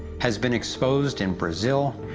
has been exposed in brazil,